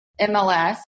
MLS